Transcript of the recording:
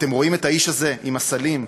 'אתם רואים את האיש הזה עם / הסלים?